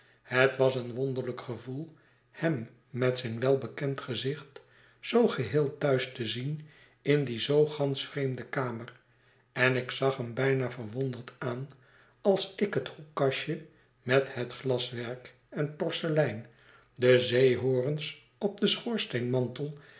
het was een wonderlijk gevoel hem met zijn welbekend gezicht zoo geheel thuis te zien in die zoo gansch vreemde kamer en ik zag hem bijna verwonderd aan als ik het hoekkastje met het glaswerk en po rselein de zeehorens op den schoorsteenmantel